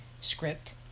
script